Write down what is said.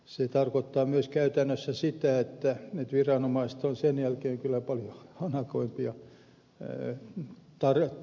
se tarkoittaa myös käytännössä sitä että viranomaiset ovat sen jälkeen kyllä paljon hanakampia korjaamaan asioita